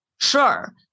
sure